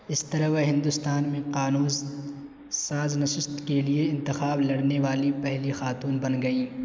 اس طرح وہ ہندوستان میں قانون ساز نشست کے لیے انتخاب لڑنے والی پہلی خاتون بن گئیں